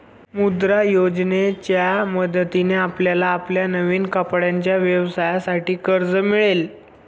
मुद्रा योजनेच्या मदतीने आपल्याला आपल्या नवीन कपड्यांच्या व्यवसायासाठी कर्ज मिळेल